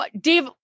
Dave